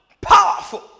Powerful